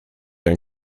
ein